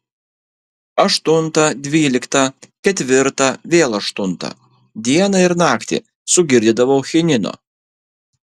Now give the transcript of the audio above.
aštuntą dvyliktą ketvirtą vėl aštuntą dieną ir naktį sugirdydavau chinino